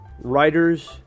Writers